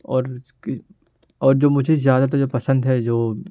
اور اس کی اور جو مجھے زیادہ تر جو پسند ہے جو